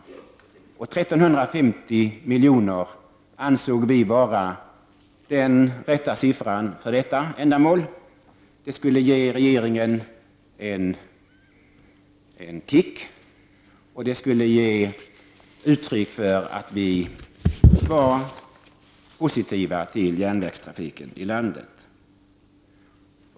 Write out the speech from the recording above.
Vi ansåg att 1 350 milj.kr. var det rätta beloppet för detta ändamål. Det skulle ge regeringen en kick, och det skulle vara ett uttryck för att vi är positiva till järnvägstrafiken i landet.